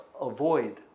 avoid